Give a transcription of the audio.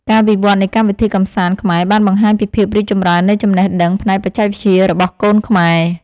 ការវិវត្តនៃកម្មវិធីកម្សាន្តខ្មែរបានបង្ហាញពីភាពរីកចម្រើននៃចំណេះដឹងផ្នែកបច្ចេកវិទ្យារបស់កូនខ្មែរ។